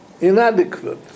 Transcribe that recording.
inadequate